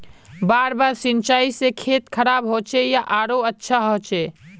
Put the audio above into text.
बार बार सिंचाई से खेत खराब होचे या आरोहो अच्छा होचए?